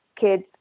kids